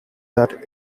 that